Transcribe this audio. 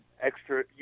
extra